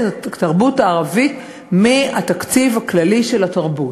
התרבות הערבית מהתקציב הכללי של התרבות.